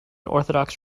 orthodox